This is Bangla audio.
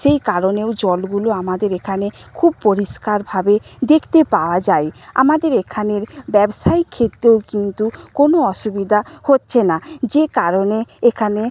সেই কারণেও জলগুলো আমাদের এখানে খুব পরিষ্কারভাবে দেখতে পাওয়া যায় আমাদের এখানের ব্যবসায়িক ক্ষেত্রেও কিন্তু কোনও অসুবিধা হচ্ছে না যে কারণে এখানে